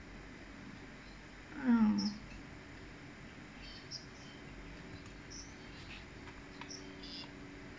um